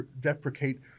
deprecate